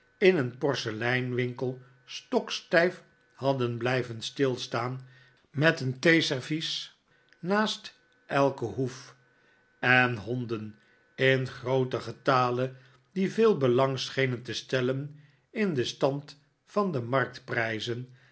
in een porseleinwinkel stokstijf hadden blijven stilstaan met een theeservies naast elken hoef en honden in grooten getale die veel belang schenen te stellen in den stand van de